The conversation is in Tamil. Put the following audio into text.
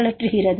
தளற்றுகிறது